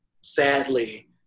sadly